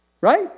right